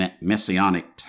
messianic